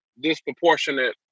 disproportionate